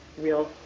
real